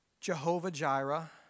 Jehovah-Jireh